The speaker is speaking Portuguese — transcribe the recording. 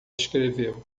escreveu